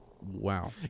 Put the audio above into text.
Wow